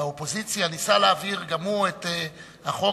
באופוזיציה ניסה להעביר גם הוא את החוק,